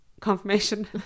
Confirmation